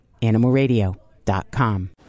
AnimalRadio.com